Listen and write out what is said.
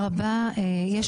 --- את גרה בהתנחלות, וזה